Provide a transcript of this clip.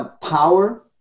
power